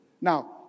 Now